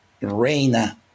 Reina